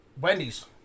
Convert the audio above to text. Wendy's